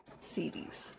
series